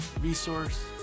resource